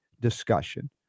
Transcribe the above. discussion